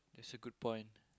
that's a good point